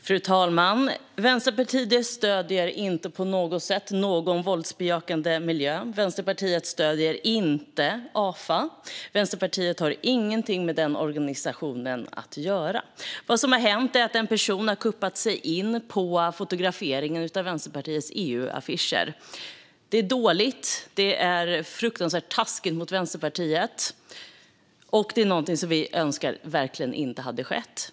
Fru talman! Vänsterpartiet stöder inte på något sätt någon våldsbejakande organisation. Vänsterpartiet stöder inte AFA. Vänsterpartiet har ingenting med den organisationen att göra. Vad som har hänt är att en person har kuppat sig in på fotograferingen av Vänsterpartiets EU-affischer. Det är dåligt, det är fruktansvärt taskigt mot Vänsterpartiet och någonting som vi verkligen önskar inte hade skett.